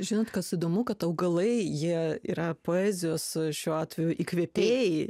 žinant kas įdomu kad augalai jie yra poezijos šiuo atveju įkvėpėjai